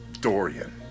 Dorian